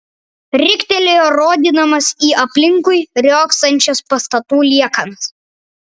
riktelėjo rodydamas į aplinkui riogsančias pastatų liekanas